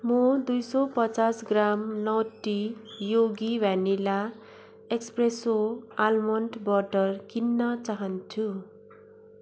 म दुई सय पचास gram nutty Yogi vanilla espresso almond butter किन्न चाहन्छु